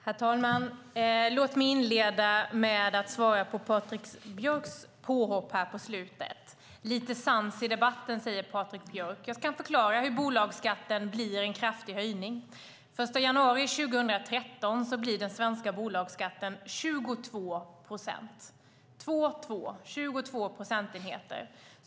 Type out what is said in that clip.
Herr talman! Låt mig inleda med att svara på Patrik Björcks påhopp på slutet. Lite sans i debatten, säger Patrik Björck. Jag ska förklara hur bolagsskatten blir en kraftig höjning. Den 1 januari 2013 blir den svenska bolagsskatten 22 procent.